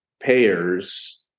payers